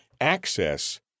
access